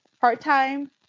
part-time